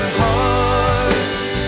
hearts